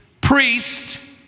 priest